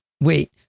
Wait